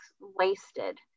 wasted